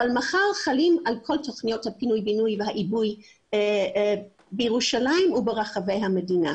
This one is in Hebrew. מחר חלים על כל תכניות הפינוי-בינוי והעיבוי בירושלים וברחבי המדינה.